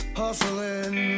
hustling